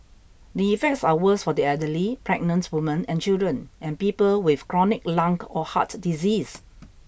the effects are worse for the elderly pregnant women and children and people with chronic lung or heart disease